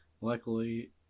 luckily